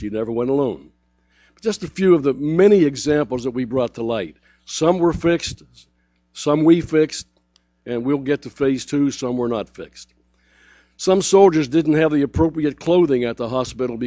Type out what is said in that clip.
she never went alone just a few of the many examples that we brought to light some were fixed some we fixed and we'll get to face to some we're not fixed some soldiers didn't have the appropriate clothing at the hospital